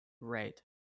Right